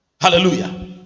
Hallelujah